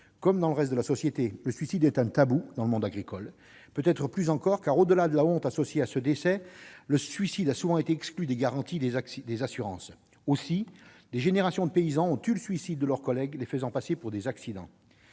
Comme dans le reste de la société, le suicide est un tabou dans le monde agricole, et peut-être plus encore, car, au-delà de la honte associée à ce décès, le suicide a souvent été exclu des garanties des assurances. Aussi, des générations de paysans ont tu les suicides de leurs collègues, les faisant passer pour des accidents.